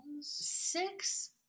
Six